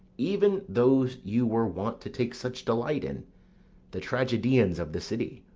even those you were wont to take such delight in the tragedians of the city.